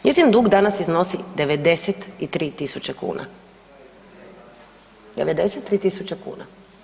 Njezin dug danas iznosi 93.000 kuna, 93.000 kuna.